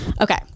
Okay